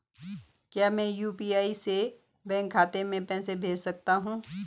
क्या मैं यु.पी.आई से बैंक खाते में पैसे भेज सकता हूँ?